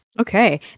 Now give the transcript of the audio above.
Okay